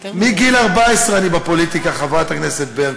מגיל 14 אני בפוליטיקה, חברת הכנסת ברקו.